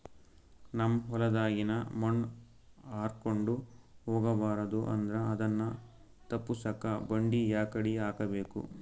ನಮ್ ಹೊಲದಾಗಿನ ಮಣ್ ಹಾರ್ಕೊಂಡು ಹೋಗಬಾರದು ಅಂದ್ರ ಅದನ್ನ ತಪ್ಪುಸಕ್ಕ ಬಂಡಿ ಯಾಕಡಿ ಹಾಕಬೇಕು?